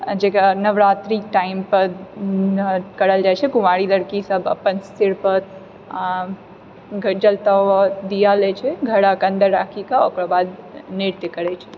जकरा नवरात्रि टाइमपर करल जाइ छै कुँवारी लड़कीसब अपन सिरपर जलता हुआ दीया लै छै घड़ाके अन्दर राखिकऽ ओकरबाद नृत्य करै छै